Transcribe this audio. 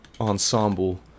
ensemble